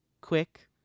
quick